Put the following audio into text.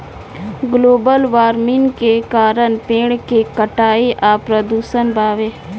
global warming के कारण पेड़ के कटाई आ प्रदूषण बावे